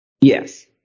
yes